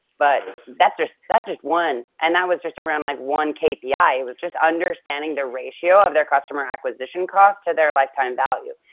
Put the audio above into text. but that's just that's just one. and that was just around like one kpi. it was just understanding the ratio of their customer acquisition cost to their lifetime value.